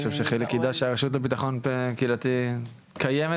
אני חושב שחיליק יידע שהרשות לביטחון קהילתי קיימת,